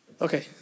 Okay